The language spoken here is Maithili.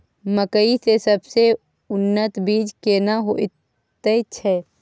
मकई के सबसे उन्नत बीज केना होयत छै?